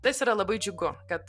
tas yra labai džiugu kad